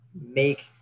make